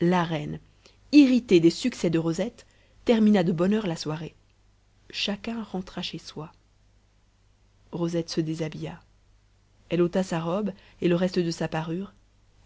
la reine irritée des succès de rosette termina de bonne heure la soirée chacun rentra chez soi rosette se déshabilla elle ôta sa robe et le reste de sa parure